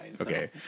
okay